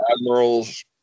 admirals